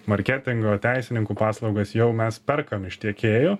marketingo teisininkų paslaugas jau mes perkam ištekėjų